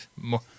more